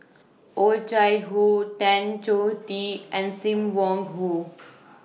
Oh Chai Hoo Tan Choh Tee and SIM Wong Hoo